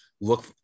Look